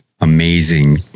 amazing